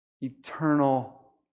eternal